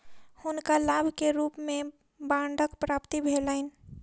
हुनका लाभ के रूप में बांडक प्राप्ति भेलैन